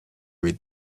read